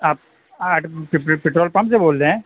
آپ petrol pump سے بول رہے ہیں